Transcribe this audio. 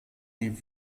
die